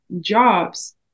jobs